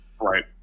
Right